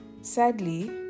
Sadly